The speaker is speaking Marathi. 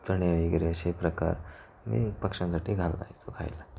चणे वगैरे असे प्रकार मी पक्ष्यांसाठी घालयचो खायला